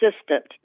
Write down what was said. assistant